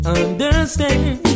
understand